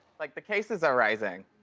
like the cases are rising.